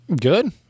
good